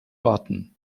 warten